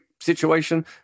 situation